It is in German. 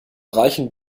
reichen